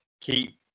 keep